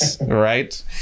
right